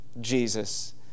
Jesus